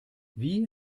wie